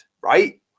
right